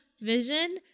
vision